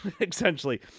essentially